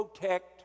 protect